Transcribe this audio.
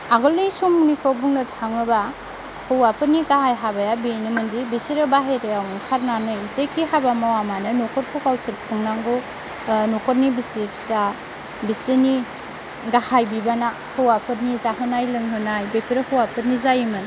आगोलनि समनिखौ बुंनो थाङोब्ला हौवाफोरनि गाहाय हाबाया बेनोमोन दि बेसोरो बाहेरायाव ओंखारनानै जैखि हाबा मावामानो न'खरखौ गावसोर खुंनांगौ न'खरनि बिसि फिसा बिसोरनि गाहाय बिबाना हौवाफोरनि जाहोनाय लोंहोनाय बेफोरो हौवाफोरनि जायोमोन